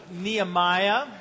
Nehemiah